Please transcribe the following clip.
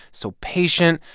so patient.